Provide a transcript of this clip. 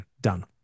done